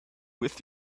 with